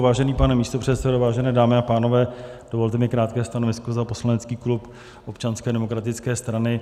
Vážený pane místopředsedo, vážené dámy a pánové, dovolte mi krátké stanovisko za poslanecký klub Občanské demokratické strany.